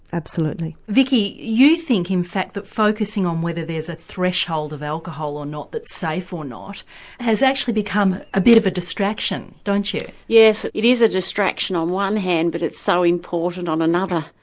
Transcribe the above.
absolutely. vicki, you think in fact that focusing on whether there's a threshold of alcohol or not that's safe or not has actually become a bit of a distraction don't you? yes, it is a distraction on one hand but it's so important on another.